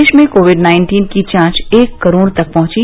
देश में covid nineteen की जांच एक करोड़ तक पहुंची